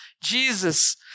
Jesus